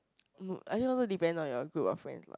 mm I think also depend on your group of friends lah